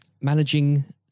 managing